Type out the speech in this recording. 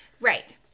Right